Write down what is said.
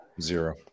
Zero